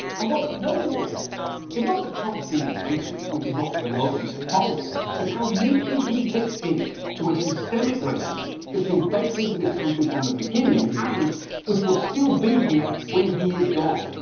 and what's notable there is not that trump's being racist which is not remotely surprising. it's how neatly he fits in to a systemic racism that's been baked into this country from the beginning and which will still be here when he is gone.